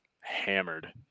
hammered